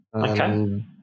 Okay